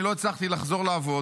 אני לא הצלחתי לחזור לעבוד.